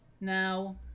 Now